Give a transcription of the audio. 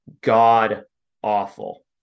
god-awful